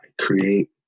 create